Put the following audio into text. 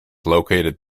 located